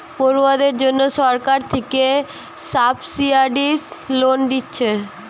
পড়ুয়াদের জন্যে সরকার থিকে সাবসিডাইস্ড লোন দিচ্ছে